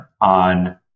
on